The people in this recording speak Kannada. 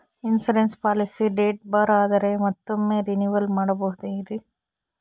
ಇನ್ಸೂರೆನ್ಸ್ ಪಾಲಿಸಿ ಡೇಟ್ ಬಾರ್ ಆದರೆ ಮತ್ತೊಮ್ಮೆ ರಿನಿವಲ್ ಮಾಡಬಹುದ್ರಿ?